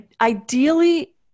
Ideally